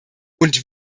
und